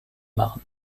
marne